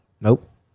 Nope